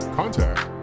contact